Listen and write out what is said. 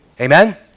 Amen